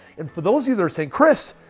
and for those either saying, kris,